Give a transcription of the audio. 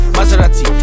Maserati